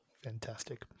fantastic